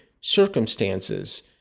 circumstances